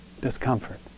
discomfort